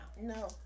No